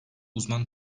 uzman